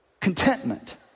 contentment